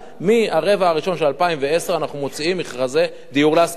מהרבע הראשון של 2010 אנחנו מוציאים מכרזי דיור להשכרה.